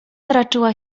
raczyła